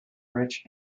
rich